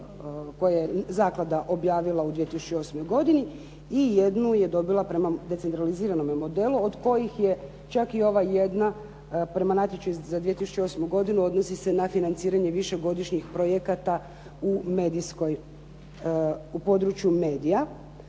koje je zaklada objavila u 2008. godini i jednu je dobila prema decentraliziranome modelu od kojih je čak i ova jedna prema natječaju za 2008. godinu odnosi se na financiranje višegodišnjih projekata u medijskoj,